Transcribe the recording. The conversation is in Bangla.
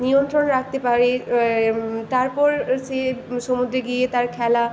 নিয়ন্ত্রণ রাখতে পারে তারপর সে সমুদ্রে গিয়ে তার খেলা